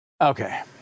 Okay